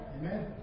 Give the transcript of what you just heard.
Amen